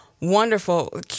wonderful